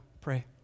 pray